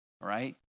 right